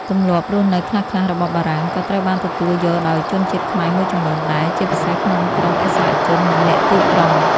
ទម្លាប់រស់នៅខ្លះៗរបស់បារាំង ក៏ត្រូវបានទទួលយកដោយជនជាតិខ្មែរមួយចំនួនដែរ ជាពិសេសក្នុងក្រុមឥស្សរជន និងអ្នកទីក្រុង។